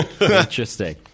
Interesting